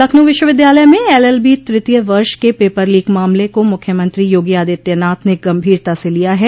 लखनऊ विश्वविद्यालय में एलएलबी तृतीय वर्ष के पेपर लीक मामले को मुख्यमंत्री योगी आदित्यनाथ ने गंभीरता से लिया है